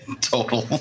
Total